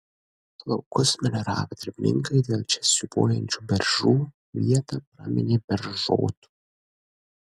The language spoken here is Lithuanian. laukus melioravę darbininkai dėl čia siūbuojančių beržų vietą praminė beržotu